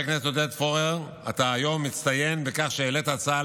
אני רק מקווה שגם השר,